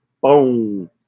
Boom